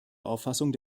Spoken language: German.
auffassung